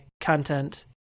content